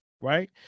right